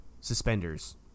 suspenders